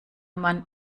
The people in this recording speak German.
man